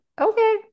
Okay